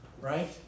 Right